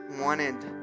wanted